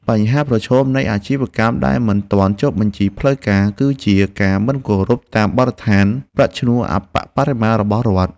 បញ្ហាប្រឈមនៃអាជីវកម្មដែលមិនទាន់ចុះបញ្ជីផ្លូវការ គឺជាការមិនគោរពតាមបទដ្ឋានប្រាក់ឈ្នួលអប្បបរមារបស់រដ្ឋ។